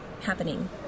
happening